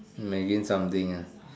imagine something uh